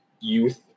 youth